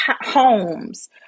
homes